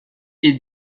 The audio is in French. est